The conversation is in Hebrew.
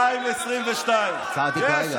22:22. כשמפריעים אני עוצר.